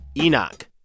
Enoch